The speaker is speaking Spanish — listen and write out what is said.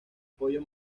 pollo